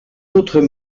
autres